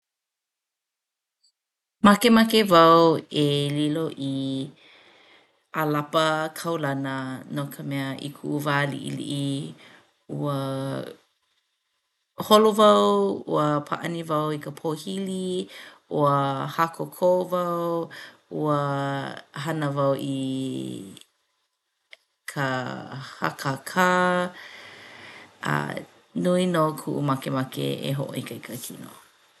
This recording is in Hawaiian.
Makemake wau e lilo i ʻālapa kaulana no ka mea i kuʻu wā liʻiliʻi ua holo wau ua pāʻani wau i ka pōhili, ua hakoko wau, ua hana wau i ka hakaka. Nui nō kuʻu makemake e hoʻoikaika kino.